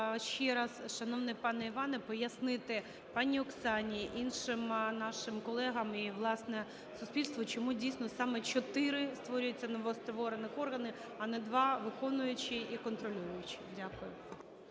ще раз, шановний пане Іване, пояснити пані Оксані, іншим нашим колегам і, власне, суспільству, чому дійсно саме 4 створюється новостворених органи, а не два – виконуючий і контролюючий. Дякую.